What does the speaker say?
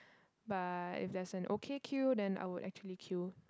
but if there's an okay queue then I would actually queue